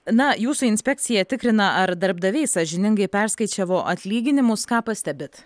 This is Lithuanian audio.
na jūsų inspekcija tikrina ar darbdaviai sąžiningai perskaičiavo atlyginimus ką pastebit